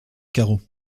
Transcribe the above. carreaux